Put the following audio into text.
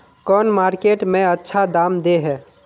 कौन मार्केट में अच्छा दाम दे है?